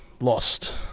lost